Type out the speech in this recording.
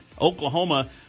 Oklahoma